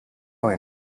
going